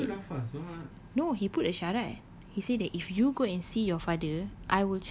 when he said that no he put a syarat he said that if you go and see your father